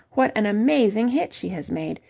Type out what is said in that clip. what an amazing hit she has made.